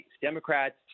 democrats